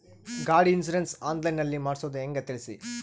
ಗಾಡಿ insurance online ನಲ್ಲಿ ಮಾಡ್ಸೋದು ಹೆಂಗ ತಿಳಿಸಿ?